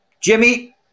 Jimmy